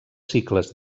cicles